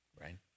right